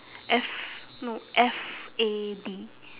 F no F A D